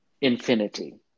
infinity